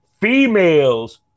Females